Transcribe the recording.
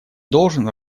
должен